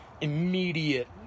immediate